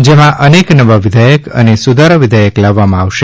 જેમાં અનેક નવા વિધેયક અને સુધારા વિધેયક લાવવામાં આવશે